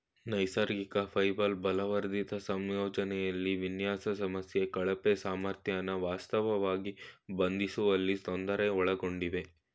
ನೈಸರ್ಗಿಕ ಫೈಬರ್ ಬಲವರ್ಧಿತ ಸಂಯೋಜನೆಲಿ ವಿನ್ಯಾಸ ಸಮಸ್ಯೆ ಕಳಪೆ ಸಾಮರ್ಥ್ಯನ ವಾಸ್ತವವಾಗಿ ಬಂಧಿಸುವಲ್ಲಿ ತೊಂದರೆ ಒಳಗೊಂಡಿವೆ